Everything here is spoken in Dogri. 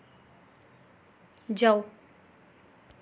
जाओ